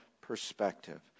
perspective